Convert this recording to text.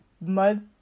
mud